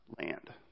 land